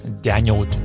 Daniel